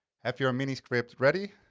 have your mini-script ready.